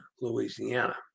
Louisiana